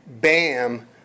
BAM